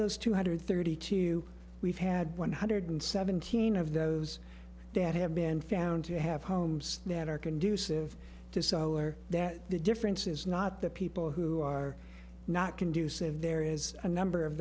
those two hundred thirty two we've had one hundred seventeen of those that have been found to have homes that are conducive to solar that the difference is not that people who are not conducive there is a number of